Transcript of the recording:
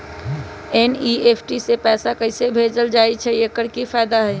NEFT से पैसा कैसे भेजल जाइछइ? एकर की फायदा हई?